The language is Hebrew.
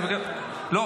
לא,